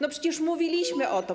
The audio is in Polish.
No, przecież mówiliśmy o tym.